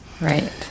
Right